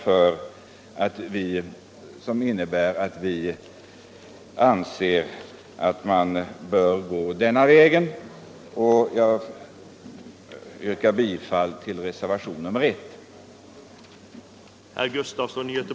Detta är, herr talman, motiven till vårt ställningstagande.